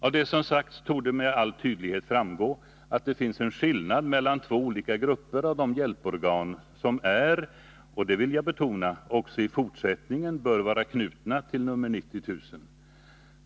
Av det som sagts torde med all tydlighet framgå att det finns en skillnad mellan två olika grupper av de hjälporgan som är och — det vill jag betona — också i fortsättningen bör vara knutna till nr 90 000.